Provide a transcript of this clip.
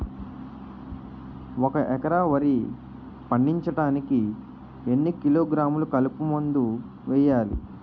ఒక ఎకర వరి పండించటానికి ఎన్ని కిలోగ్రాములు కలుపు మందు వేయాలి?